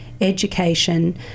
education